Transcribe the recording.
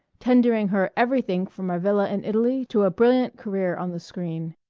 tendering her everything from a villa in italy to a brilliant career on the screen.